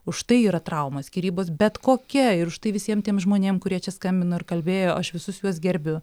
už tai yra trauma skyrybos bet kokia ir už tai visiem tiem žmonėm kurie čia skambino ir kalbėjo aš visus juos gerbiu